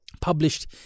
published